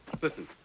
listen